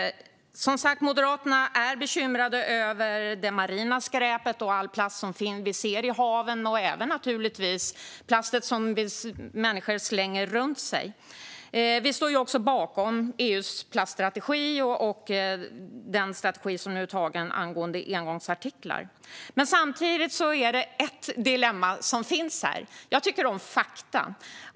Moderaterna är som sagt bekymrade över det marina skräpet, all plast som vi ser i haven och naturligtvis även den plast som människor slänger omkring sig. Vi står även bakom EU:s plaststrategi och den strategi som har antagits vad gäller engångsartiklar. Samtidigt finns här ett dilemma. Jag tycker om fakta.